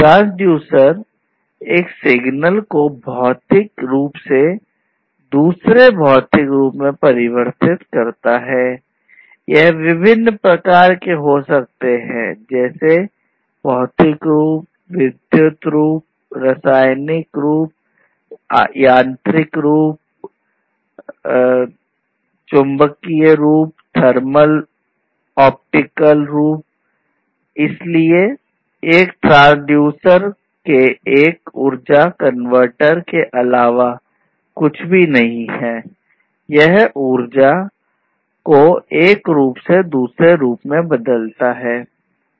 transducer को एक रूप से दूसरे रूप में बदलता है